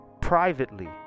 privately